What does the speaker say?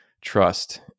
trust